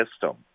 system